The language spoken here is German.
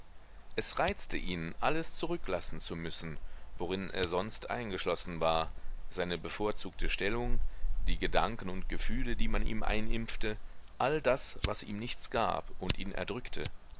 es reizte ihn alles zurücklassen zu müssen worin er sonst eingeschlossen war seine bevorzugte stellung die gedanken und gefühle die man ihm einimpfte all das was ihm nichts gab und ihn erdrückte